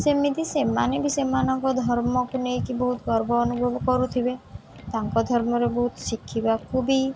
ସେମିତି ସେମାନେ ବି ସେମାନଙ୍କ ଧର୍ମକୁ ନେଇକି ବହୁତ ଗର୍ବ ଅନୁଭବ କରୁଥିବେ ତାଙ୍କ ଧର୍ମରେ ବହୁତ ଶିଖିବାକୁ ବି